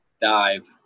dive